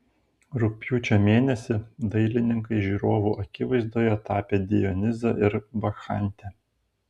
rugpjūčio mėnesį dailininkai žiūrovų akivaizdoje tapė dionizą ir bakchantę